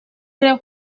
creu